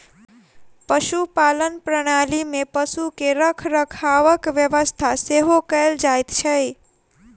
पशुपालन प्रणाली मे पशु के रखरखावक व्यवस्था सेहो कयल जाइत छै